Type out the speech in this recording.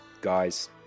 guys